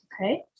okay